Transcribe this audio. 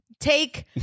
take